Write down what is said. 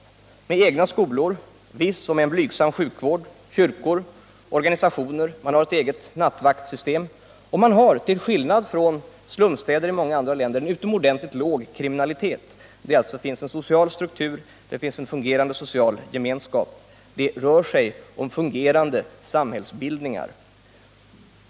Man har exempelvis egna skolor, en viss — om än blygsam —- sjukvård, kyrkor, organisationer av olika slag och ett eget vaktsystem. Till skillnad från slumstäder i många andra länder har man i Crossroads en utomordentligt låg kriminalitet. Där finns således en social struktur och en fungerande social gemenskap — det rör sig här om en fungerande samhällsbildning.